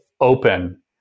open